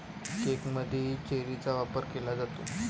केकमध्येही चेरीचा वापर केला जातो